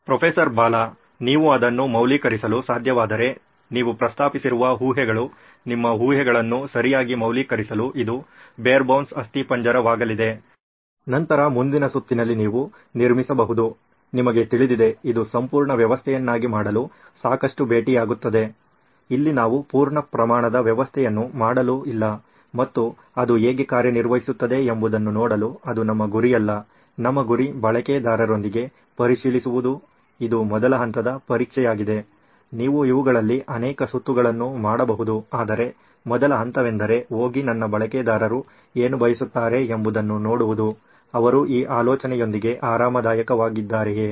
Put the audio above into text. professor Bala ನೀವು ಅದನ್ನು ಮೌಲ್ಯೀಕರಿಸಲು ಸಾಧ್ಯವಾದರೆ ನೀವು ಪ್ರಸ್ತಾಪಿಸಿರುವ ಊಹೆಗಳು ನಿಮ್ಮ ಊಹೆಗಳನ್ನು ಸರಿಯಾಗಿ ಮೌಲ್ಯೀಕರಿಸಲು ಇದು ಬೇರ್ಬೊನ್ಸ್ ಅಸ್ಥಿಪಂಜರವಾಗಲಿದೆ ನಂತರ ಮುಂದಿನ ಸುತ್ತಿನಲ್ಲಿ ನೀವು ನಿರ್ಮಿಸಬಹುದು ನಿಮಗೆ ತಿಳಿದಿದೆ ಇದು ಸಂಪೂರ್ಣ ವ್ಯವಸ್ಥೆಯನ್ನಾಗಿ ಮಾಡಲು ಸಾಕಷ್ಟು ಭೇಟಿಯಾಗುತ್ತದೆ ಇಲ್ಲಿ ನಾವು ಪೂರ್ಣ ಪ್ರಮಾಣದ ವ್ಯವಸ್ಥೆಯನ್ನು ಮಾಡಲು ಇಲ್ಲ ಮತ್ತು ಅದು ಹೇಗೆ ಕಾರ್ಯನಿರ್ವಹಿಸುತ್ತದೆ ಎಂಬುದನ್ನು ನೋಡಲು ಅದು ನಮ್ಮ ಗುರಿಯಲ್ಲ ನಮ್ಮ ಗುರಿ ಬಳಕೆದಾರರೊಂದಿಗೆ ಪರಿಶೀಲಿಸುವುದು ಇದು ಮೊದಲ ಹಂತದ ಪರೀಕ್ಷೆಯಾಗಿದೆ ನೀವು ಇವುಗಳಲ್ಲಿ ಅನೇಕ ಸುತ್ತುಗಳನ್ನು ಮಾಡಬಹುದು ಆದರೆ ಮೊದಲ ಹಂತವೆಂದರೆ ಹೋಗಿ ನನ್ನ ಬಳಕೆದಾರರು ಏನು ಬಯಸುತ್ತಾರೆ ಎಂಬುದನ್ನು ನೋಡುವುದು ಅವರು ಈ ಆಲೋಚನೆಯೊಂದಿಗೆ ಆರಾಮದಾಯಕವಾಗಿದ್ದಾರೆಯೇ